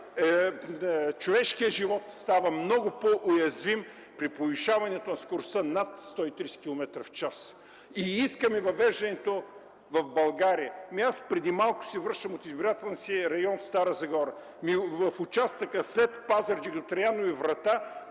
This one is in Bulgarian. човешкият живот става много по-уязвим при повишаване скоростта над 130 километра в час – и искаме въвеждането в България! Аз преди малко се връщам от избирателния си район в Стара Загора. В участъка след Пазарджик до Траянови врата